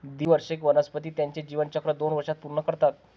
द्विवार्षिक वनस्पती त्यांचे जीवनचक्र दोन वर्षांत पूर्ण करतात